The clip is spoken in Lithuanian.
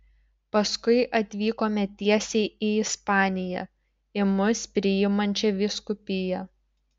paskui atvykome tiesiai į ispaniją į mus priimančią vyskupiją